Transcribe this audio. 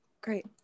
Great